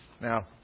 Now